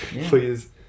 please